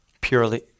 purely